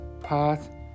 path